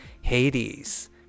Hades